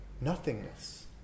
nothingness